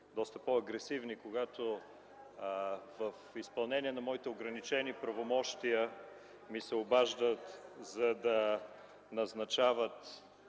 доста по-агресивни, когато в изпълнение на моите ограничени правомощия ми се обаждат, за да назнача